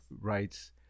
rights